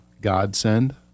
godsend